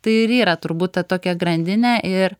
tai ir yra turbūt ta tokia grandinė ir